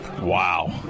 Wow